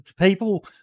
People